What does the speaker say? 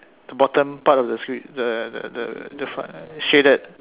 bottom part of the scr~ the the the shaded